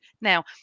Now